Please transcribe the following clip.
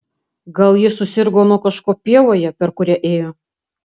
gal ji susirgo nuo kažko pievoje per kurią ėjo